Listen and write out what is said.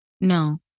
No